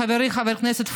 חברי חבר הכנסת פולקמן,